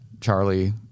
charlie